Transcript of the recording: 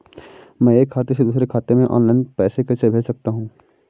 मैं एक खाते से दूसरे खाते में ऑनलाइन पैसे कैसे भेज सकता हूँ?